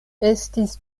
estis